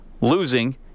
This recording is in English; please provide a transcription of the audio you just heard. losing